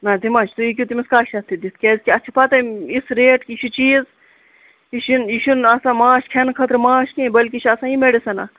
نہَ تہِ ما چھُ صحی تُہۍ ہیٚکِو تٔمِس کاہ شیٚتھ تہِ دِتھ کیٛازِکہِ اتھ چھُ پَتے یُس ریٚٹ یہِ چھُ چیٖز یہِ چھُنہٕ یہِ چھُنہٕ آسان مٲنٛچھ کھیٚنہٕ خٲطرٕ مٲنٛچھ کیٚنٛہہ بٔلکہِ چھُ آسان یہِ میٚڈِسَن اکھ